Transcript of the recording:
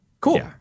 Cool